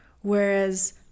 Whereas